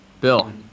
Bill